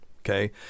Okay